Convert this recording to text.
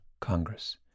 Congress